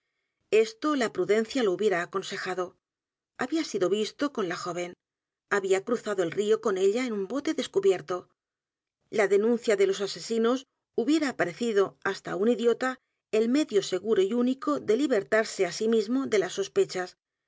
o la prudencia lo hubiera aconsejado había sido visto con la joven había cruzado el río con ella en un bote descubierto la denuncia de los asesinos hubiera aparecido hasta á un idiota el medio seguro y único ele libertarse á sí mismo de las sospechas